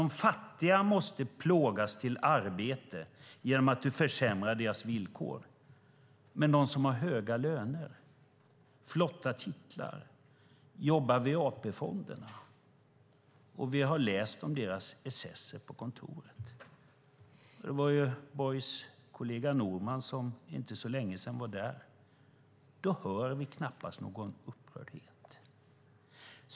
De fattiga måste plågas till arbete genom att vi försämrar deras villkor. Men beträffande dem som har höga löner och flotta titlar och jobbar vid AP-fonderna har vi läst om deras excesser på kontoret. Borgs kollega Norman var där för inte så länge sedan. Men här hör vi knappast någon upprördhet.